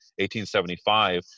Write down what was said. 1875